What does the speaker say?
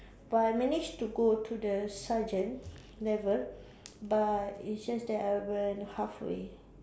but I managed to go to the sergeant level but then it's just that I went halfway